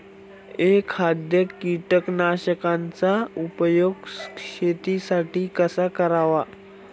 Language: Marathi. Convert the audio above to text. एखाद्या कीटकनाशकांचा उपयोग शेतीसाठी कसा करावा?